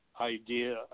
idea